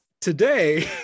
today